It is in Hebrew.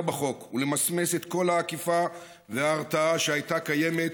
בחוק ולמסמס את כל האכיפה וההרתעה שהייתה קיימת.